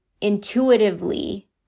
intuitively